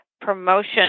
promotion